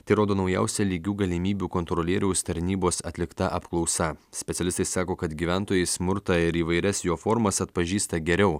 tai rodo naujausia lygių galimybių kontrolieriaus tarnybos atlikta apklausa specialistai sako kad gyventojai smurtą ir įvairias jo formas atpažįsta geriau